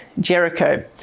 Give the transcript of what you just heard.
Jericho